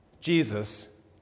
Jesus